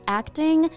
acting